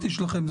את